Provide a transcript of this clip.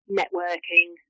networking